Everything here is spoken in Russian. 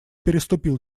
переступил